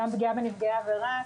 גם פגיעה בנפגעי עבירה,